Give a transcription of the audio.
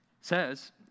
Says